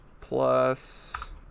plus